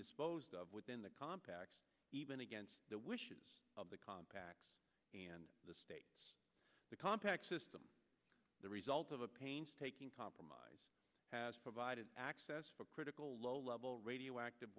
disposed of within the compact even against the wishes of the compact and the state the compact system the result of a painstaking compromise has provided access for critical low level radioactive